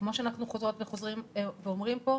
כמו שאנחנו חוזרות וחוזרים ואומרים פה,